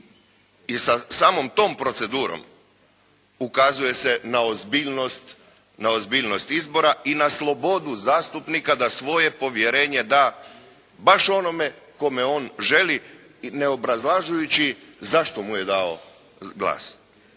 i sa samom tom procedurom ukazuje se na ozbiljnost, na ozbiljnost izbora i na slobodu zastupnika da svoje povjerenje da baš onome kome on želi ne obrazlažući zašto mu je dao glas.